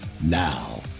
Now